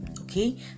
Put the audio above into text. okay